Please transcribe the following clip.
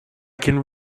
can